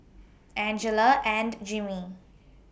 Angela and Jimmy